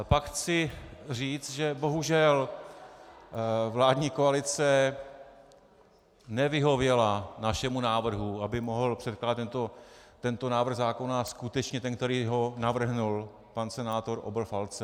Pak chci říct, že bohužel vládní koalice nevyhověla našemu návrhu, aby mohl předkládat tento návrh zákona skutečně ten, kdo ho navrhl: pan senátor Oberfalzer.